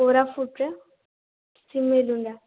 କୋରାପୁଟରେ ସିମିଳୀ ଦୁଣ୍ଡା